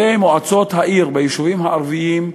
למועצות העיר ביישובים הערביים,